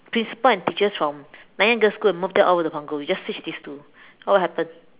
principal and teachers from Nanyang girls' school and move that over to Punggol we just switch these two what will happen